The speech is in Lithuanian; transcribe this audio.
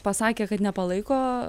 pasakė kad nepalaiko